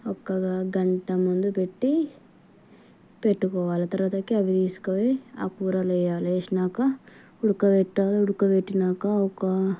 ఒక్క గంట ముందు పెట్టి పెట్టుకోవాలి తరువాతకి అవి తీసుకపోయి ఆ కూరలో వేయాలి వేసాక ఉడకబెట్టాలి ఉడకబెట్టినాక ఒక